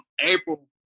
April